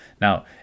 now